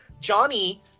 johnny